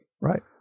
Right